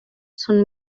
són